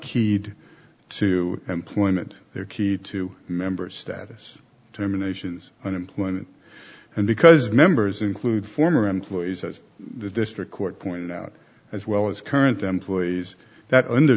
keyed to employment their key to members status terminations unemployment and because members include former employees as the district court pointed out as well as current employees that